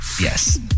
yes